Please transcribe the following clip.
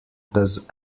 does